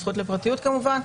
הזכות לפרטיות כמובן,